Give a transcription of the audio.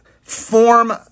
form